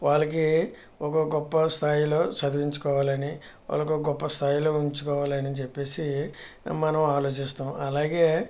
వాళ్ళకి ఒక గొప్ప స్థాయిలో చదివించుకోవాలని వాళ్ళు ఒక గొప్ప స్థాయిలో ఉంచుకోవాలని చెప్పేసి మనం ఆలోచిస్తాం అలాగే